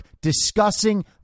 discussing